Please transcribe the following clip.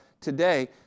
today